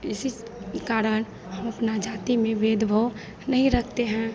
इसी कारण हम अपनी जाति में भेदभाव नहीं रखते हैं